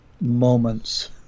moments